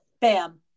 bam